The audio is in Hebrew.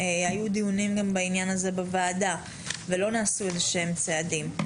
היו דיונים בעניין הזה בוועדה ולא נעשו איזה שהם צעדים,